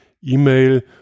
E-Mail